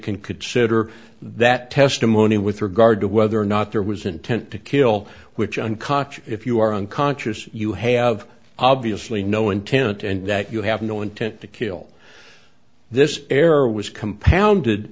can consider that testimony with regard to whether or not there was intent to kill which unconscious if you are unconscious you have obviously no intent and that you have no intent to kill this error was compounded